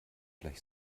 gleich